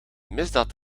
misdaad